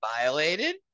violated